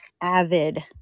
avid